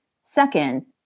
Second